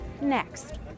next